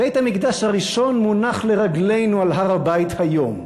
בית-המקדש הראשון מונח לרגלינו על הר-הבית היום,